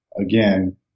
again